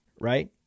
right